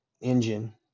engine